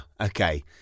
okay